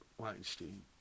Weinstein